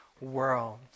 world